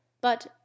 but